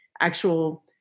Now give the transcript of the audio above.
actual